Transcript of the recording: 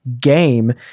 game